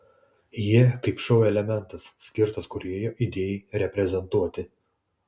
jie kaip šou elementas skirtas kūrėjo idėjai reprezentuoti